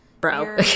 Bro